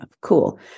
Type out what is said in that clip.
Cool